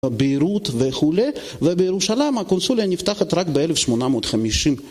בבירות וכולי, ובירושלים הקונסוליה נפתחת רק ב-1850